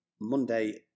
Monday